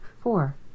Four